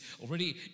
already